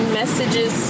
messages